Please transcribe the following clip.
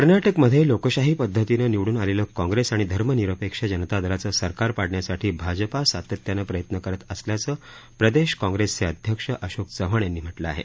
कर्नाटकमध्ये लोकशाही पदधतीनं निवड्रन आलेलं काँग्रेस आणि धर्मनिरपेक्ष जनता दलाचं सरकार पाडण्यासाठी भाजपा सातत्यानं प्रयत्न करत असल्याचं प्रदेश काँग्रेसचे अध्यक्ष अशोक चव्हाण यांनी म्हटलं आहे